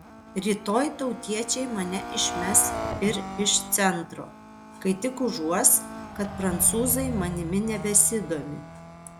rytoj tautiečiai mane išmes ir iš centro kai tik užuos kad prancūzai manimi nebesidomi